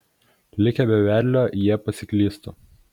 likę be vedlio jie pasiklystų